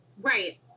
Right